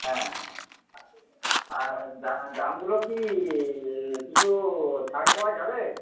হ্যাঁ হ্যাঁ আর দামগুলো কি কিছু ছাড় পাওয়া যাবে